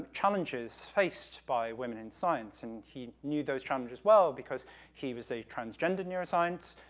um challenges faced by women in science, and he knew those challenges well, because he was a transgender neuroscientist,